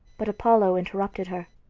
but apollo interrupted her.